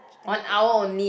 then I go home